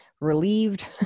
relieved